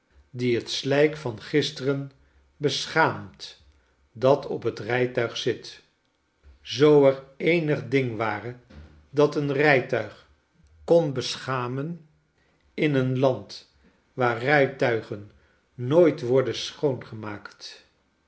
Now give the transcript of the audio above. die het slijk van gisteren beschaamt dat op het rijtuig zit zooer eenig ding ware dat een rijtuig kon beschamen in een land waar rrjtuigen nooit worden schoongemaakt